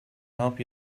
help